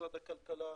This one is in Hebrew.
משרד הכלכלה,